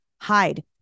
hide